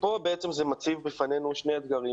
ופה זה מציב בפנינו שני אתגרים